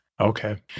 Okay